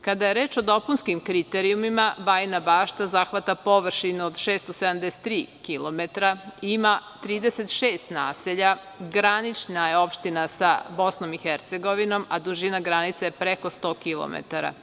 Kada je reč o dopunskim kriterijumima, Bajina Bašta zahvata površinu od 673 kilometra, ima 36 naselja, granična je opština sa Bosnom i Hercegovinom, a dužina granice je preko 100 kilometara.